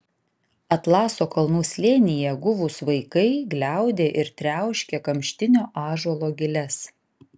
atlaso kalnų slėnyje guvūs vaikai gliaudė ir triauškė kamštinio ąžuolo giles